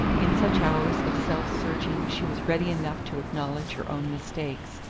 in such hours of self-searching she was ready enough to acknowledge her own mistakes,